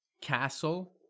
castle